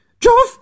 Joff